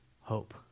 hope